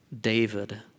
David